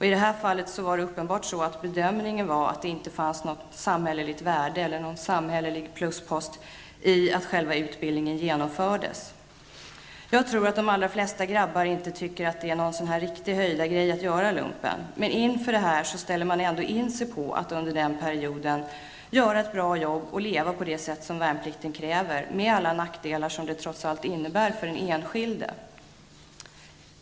I det här fallet gjordes uppenbarligen bedömningen att det inte fanns något samhälleligt värde eller någon pluspost i att utbildningen genomfördes. Jag tror att de allra flesta grabbar tycker att det inte är någon höjdargrej att göra lumpen. Men inför värnplikten ställer man ändå in sig på att under den perioden göra ett bra jobb och leva på det sätt som värnplikten kräver med alla nackdelar som det trots allt innebär för den enskilde.